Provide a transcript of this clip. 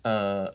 err